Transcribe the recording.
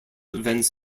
events